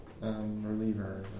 Reliever